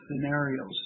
scenarios